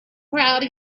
crowd